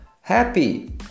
Happy